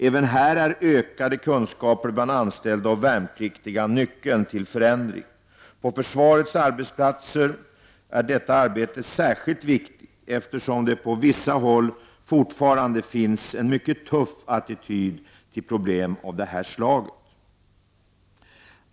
Även här är ökade kunskaper bland anställda och värnpliktiga nyckeln till förändring. På försvarets arbetsplatser är detta arbete särskilt viktigt, eftersom det på vissa håll fortfarande finns en mycket tuff attityd till problem av det här slaget.